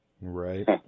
Right